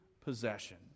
possession